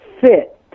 fit